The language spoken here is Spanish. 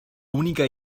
única